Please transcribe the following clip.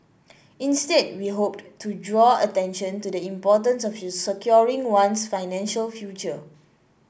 instead we hoped to draw attention to the importance of securing one's financial future